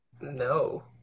no